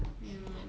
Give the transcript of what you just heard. ya